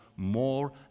More